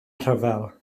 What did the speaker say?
rhyfel